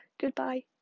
Goodbye